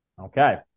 Okay